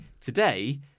today